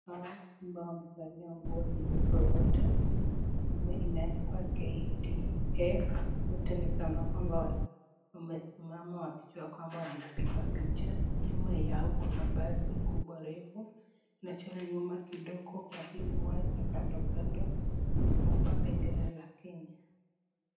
Hawa ambao wamevalia nguo nyeupe wote ambayo imeadikwa KDF wote ni kana kwamba wamesimama wakijua kwamba wanapigwa picha , nyuma yao kuna basi kubwa refu na tena nyuma kidogo kwa hili uwanja kando kando imepakwa bendera la Kenya.